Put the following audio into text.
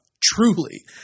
Truly